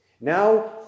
Now